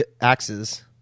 axes